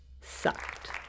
sucked